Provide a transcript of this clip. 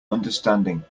understanding